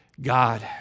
God